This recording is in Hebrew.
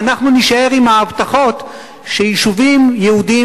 ואנחנו נישאר עם ההבטחות שיישובים יהודיים